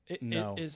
no